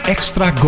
Extra